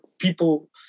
people